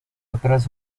otras